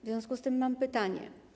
W związku z tym mam pytania.